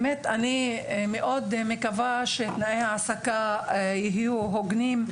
אני מקווה מאוד שתנאי ההעסקה יהיו הוגנים.